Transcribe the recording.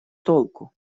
толку